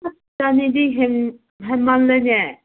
ꯑꯁ ꯆꯅꯤꯗꯤ ꯍꯦꯟꯃꯅꯂꯦꯅꯦ